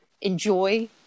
enjoy